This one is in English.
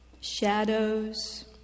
Shadows